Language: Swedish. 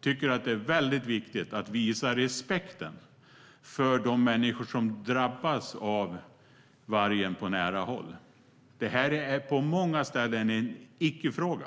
tycker att det är väldigt viktigt att visa respekt för de människor som drabbas av vargen på nära håll. Det här är på många ställen en icke-fråga.